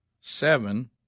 seven